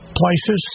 places